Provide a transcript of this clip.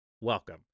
welcome